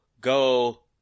go